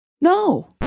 No